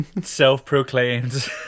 Self-proclaimed